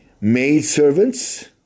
maidservants